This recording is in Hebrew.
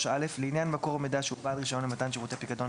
"(3א)לעניין מקור מידע שהוא בעל רישיון למתן שירותי פיקדון